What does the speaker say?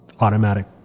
automatic